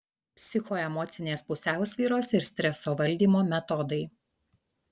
psichoemocinės pusiausvyros ir streso valdymo metodai